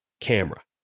camera